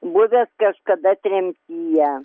buvęs kažkada tremtyje